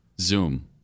Zoom